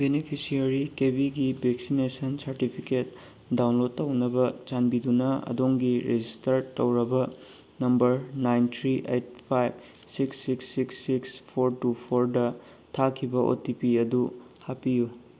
beneficiary ꯀꯦꯕꯤꯒꯤ vaccination certificate download ꯇꯧꯅꯕ ꯆꯟꯕꯤꯗꯨꯅꯥ ꯑꯗꯣꯝꯒꯤ ꯔꯤꯖꯤꯁꯇꯔꯠ ꯇꯧꯔꯕ number nine three eight five six six six six four two ꯐꯣꯔꯗ ꯊꯥꯈꯤꯕ ꯑꯣ ꯇꯤ ꯄꯤ ꯑꯗꯨ ꯍꯥꯞꯄꯤꯌꯨ